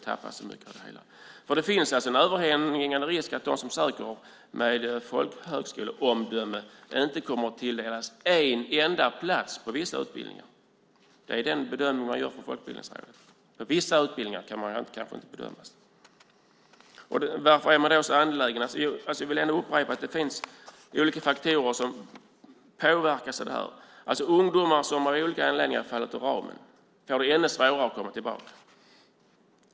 Det finns en överhängande risk för att de som söker med folkhögskoleomdöme inte kommer att tilldelas en enda plats på vissa utbildningar. Det är den bedömning man gör på Folkbildningsrådet. För vissa utbildningar kan man kanske inte bedömas. Varför är man då så angelägen? Jag vill upprepa att det finns olika faktorer som påverkas av det här. Ungdomar som av olika anledningar har fallit ur ramen får det ännu svårare att komma tillbaka.